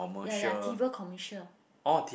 ya ya trivial commercial